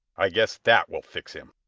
i guess that will fix him!